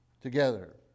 together